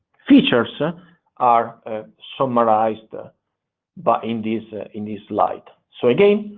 features are ah summarized ah but in this ah in this slide. so again,